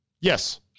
Yes